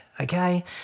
okay